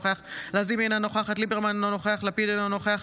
אינו נוכח